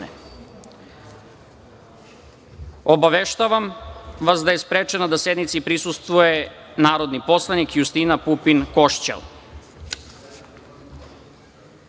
skupštine. Obaveštavam vas da je sprečena da sednici prisustvuje narodni poslanik Justina Pupin Košćal. Uvaženi